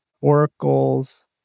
oracles